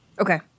Okay